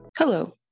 Hello